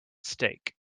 stake